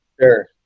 Sure